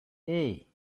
hey